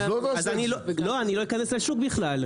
אז אני לא אכנס לשוק בכלל.